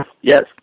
Yes